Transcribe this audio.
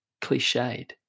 cliched